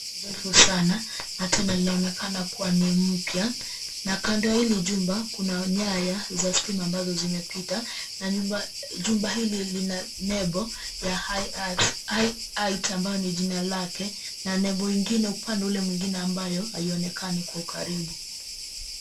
Mrefu sana na pia linaonekana kua ni mpya na kando ya hili jumba kuna nyaya za stima ambazo zimepita na jumba hili lina nembo ya High Heights ambayo ni jina lake na nembo ingine upande mwingine ambayo haionekani kwa ukaribu.